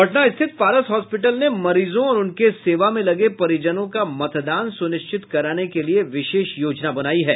पटना स्थित पारस हॉस्पीटल ने मरीजों और उनके सेवा में लगे परिजनों का मतदान सुनिश्चित कराने के लिए विशेष योजना बनायी है